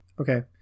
okay